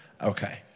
Okay